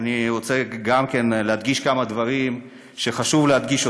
אני רוצה להדגיש כמה דברים שחשוב להדגיש: